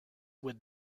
with